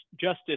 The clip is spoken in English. justice